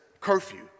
curfew